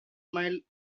miles